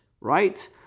right